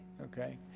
okay